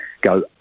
go